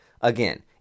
Again